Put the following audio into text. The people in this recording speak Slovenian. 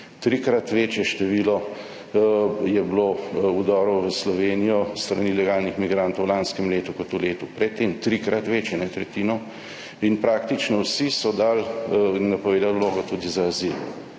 trikrat večje število je bilo vdorov v Slovenijo s strani ilegalnih migrantov v lanskem letu kot v letu pred tem, trikrat večje, ne tretjino, in praktično vsi so napovedali vlogo tudi za azil.